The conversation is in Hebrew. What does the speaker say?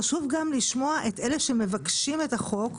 חשוב גם לשמוע את אלה שמבקשים את החוק,